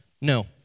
No